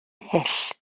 hyll